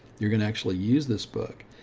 you're going to actually use this book.